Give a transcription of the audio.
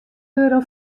euro